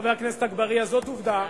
חבר הכנסת אגבאריה, זאת עובדה,